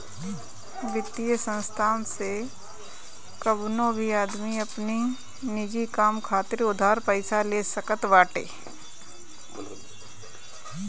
वित्तीय संस्थान से कवनो भी आदमी अपनी निजी काम खातिर उधार पईसा ले सकत बाटे